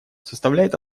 составляет